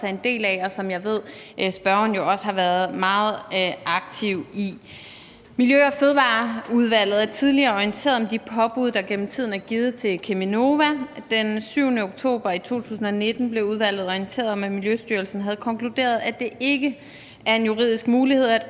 er en del af, og som jeg ved, at spørgeren også har været meget aktiv omkring. Miljø- og Fødevareudvalget er tidligere blevet orienteret om de påbud, der gennem tiden er givet til Cheminova. Den 7. oktober 2019 blev udvalget orienteret om, at Miljøstyrelsen havde konkluderet, at det ikke er en juridisk mulighed at